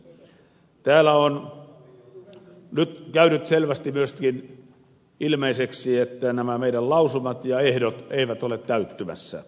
täällä on nyt käynyt selvästi myöskin ilmeiseksi että nämä meidän lausumat ja ehdot eivät ole täyttymässä